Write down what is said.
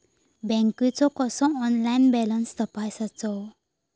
बँकेचो कसो online balance तपासायचो?